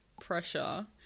pressure